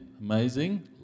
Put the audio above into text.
Amazing